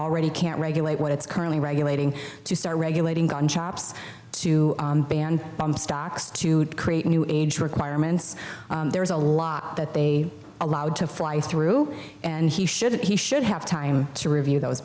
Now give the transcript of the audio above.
already can't regulate what it's currently regulating to start regulating gun shops to buy stocks to create new age requirements there is a lot that they allowed to fly through and he should he should have time to review those